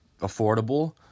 affordable